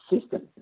system